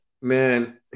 man